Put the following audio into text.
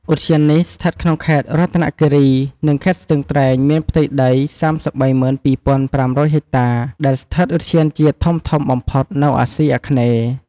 ឧទ្យាននេះស្ថិតក្នុង ខេត្តរតនគិរី និងខេត្តស្ទឹងត្រែងមានផ្ទៃដី៣៣២,៥០០ហិចតាដែលស្ថិតឧទ្យានជាតិធំៗបំផុតនៅអាស៊ីអាគ្នេយ៍។